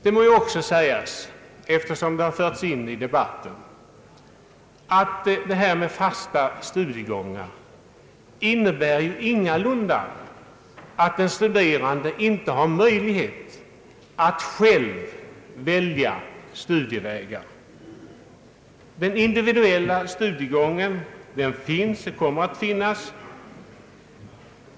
Det må också sägas, eftersom begreppet har förts in i debatten, att fasta studiegångar ingalunda innebär att en studerande saknar möjlighet att själv välja studieväg. Den individuella studiegången kommer att finnas kvar.